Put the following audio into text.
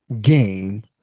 game